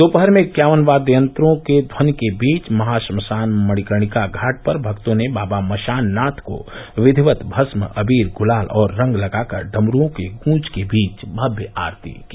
दोपहर में इक्यावन वाद्ययंत्रों के ध्वनि के बीच महाश्मशान मणिकर्णिका घाट पर भक्तो ने बाबा मशान नाथ को विधिवत भस्म अबीर गुलाल और रंग लगाकर डमरुओं की गूंज के बीच भव्य आरती की